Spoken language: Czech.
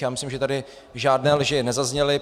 Já myslím, že tady žádné lži nezazněly.